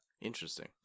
Interesting